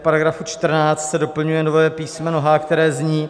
V § 14 se doplňuje nové písmeno h), které zní: